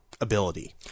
ability